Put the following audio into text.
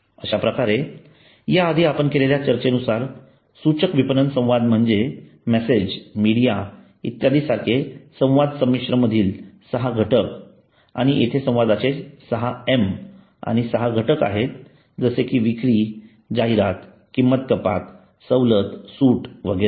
अश्याप्रकारे या आधी आपण केलेल्या चर्चेनुसार सूचक विपणन संवाद म्हणजे मेसेज मीडिया इत्यादी सारखे संवाद समिश्र मधील सहा घटक आणि येथे संवादाचे 6M आहे आणि सहा घटक आहेत जसे की विक्री जाहिराती किंमत कपात सवलत सूट वगैरे